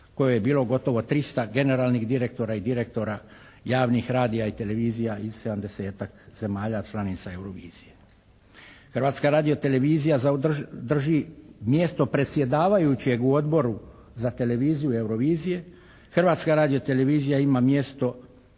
kojoj je bilo gotovo 300 generalnih direktora i direktora javnih radija i televizija iz 70-tak zemalja članica Eurovizije. Hrvatska radio-televizija drži mjesto predsjedavajućeg u Odboru za televiziju Eurovizije. Hrvatska radio-televizija ima mjesto,